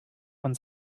von